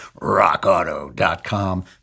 rockauto.com